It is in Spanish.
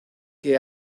que